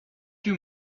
two